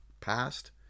passed